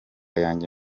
yanjye